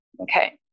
okay